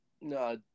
no